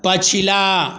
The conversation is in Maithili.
पछिला